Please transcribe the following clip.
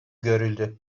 görüldü